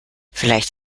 vielleicht